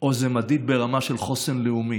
או זה מדיד ברמה של חוסן לאומי?